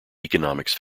economics